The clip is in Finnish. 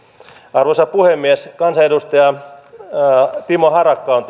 arvoisa puhemies kansanedustaja timo harakka on